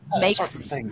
makes